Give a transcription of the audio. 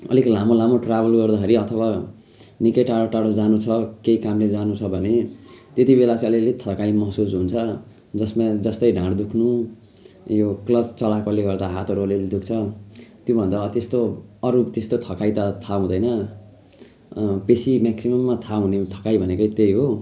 अलिक लामो लामो ट्राभेल गर्दाखेरि अथवा निकै टाढो टाढो जानु छ केही कामले जानु छ भने त्यतिबेला चाहिँ अलिअलि थकाइ महसुस हुन्छ जसमा जस्तै ढाड दुख्नु यो क्लच चलाएकोले गर्दा हातहरू अलिअलि दुख्छ त्योभन्दा अरू त्यस्तो अरू त्यस्तो थकाइ त थाहा हुँदैन बेसी मेक्सिमममा थाहा हुने थकाइ भनेकै त्यही हो